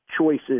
choices